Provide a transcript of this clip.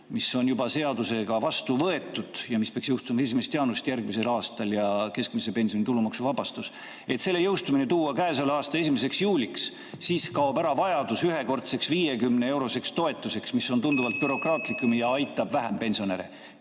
mis on juba seadusega vastu võetud ja mis peaks jõustuma 1. jaanuarist järgmisel aastal, ja keskmise pensioni tulumaksuvabastus – selle jõustumine tuleks tuua käesoleva aasta 1. juuliks. Siis kaob ära vajadus ühekordseks 50‑euroseks toetuseks, mis on tunduvalt bürokraatlikum ja aitab pensionäre